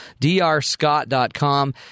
drscott.com